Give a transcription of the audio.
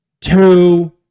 two